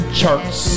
charts